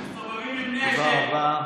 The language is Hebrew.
שמסתובבים עם נשק, תודה רבה.